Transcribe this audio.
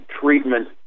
treatment